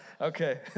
Okay